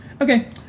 Okay